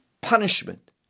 punishment